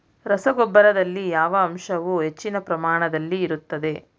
ರಸಗೊಬ್ಬರದಲ್ಲಿ ಯಾವ ಅಂಶವು ಹೆಚ್ಚಿನ ಪ್ರಮಾಣದಲ್ಲಿ ಇರುತ್ತದೆ?